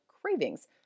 cravings